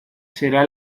será